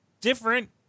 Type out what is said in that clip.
different